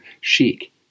chic